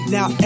Now